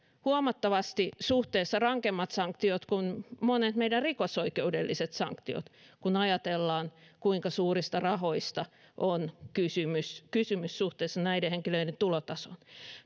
huomattavasti rankemmat sanktiot kuin monet meidän rikosoikeudelliset sanktiomme kun ajatellaan kuinka suurista rahoista on kysymys kysymys suhteessa näiden henkilöiden tulotasoon